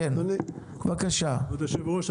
כבוד היושב ראש,